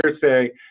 hearsay